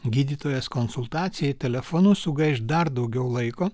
gydytojas konsultacijai telefonu sugaiš dar daugiau laiko